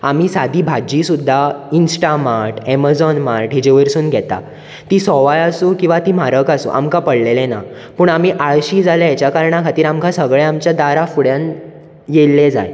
आमी सादी भाजी सुद्दां इंस्टा मार्ट ऍमझोन मार्ट हेंचे वरसून घेतात तीं सोवाय आसूं किंवां तीं म्हारग आसूं आमकां पडलेले ना पूण आमी आळशी जाल्यात हेच्या कारणा खातीर आमकां सगळें आमच्या दारां फुड्यांत येल्ले जाय